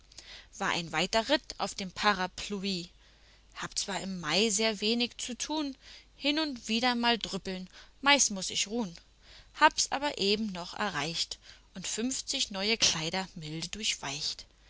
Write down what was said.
war ein weiter ritt auf dem parapluie hab zwar im mai sehr wenig zu tun hin und wieder mal drüppeln meist muß ich ruhn hab's aber eben noch erreicht und fünfzig neue leider milde